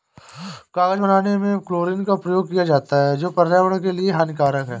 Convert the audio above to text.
कागज बनाने में क्लोरीन का प्रयोग किया जाता है जो पर्यावरण के लिए हानिकारक है